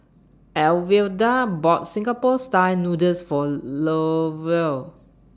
Alwilda bought Singapore Style Noodles For Lovell